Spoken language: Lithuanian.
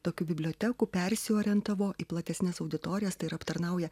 tokių bibliotekų persiorientavo į platesnes auditorijas tai yra aptarnauja